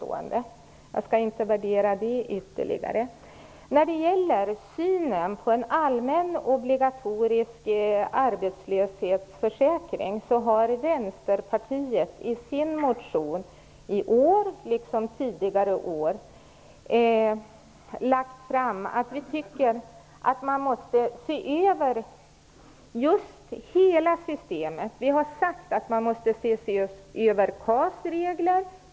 Men jag skall inte värdera det påståendet ytterligare. Vänsterpartiet har i sin motion i år, liksom tidigare år, lagt fram förslag om att man skall se över hela systemet och dess konsekvenser. Vi har sagt att man måste se över reglerna i KAS.